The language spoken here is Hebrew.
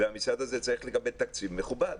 והמשרד הזה צריך לקבל תקציב מכובד.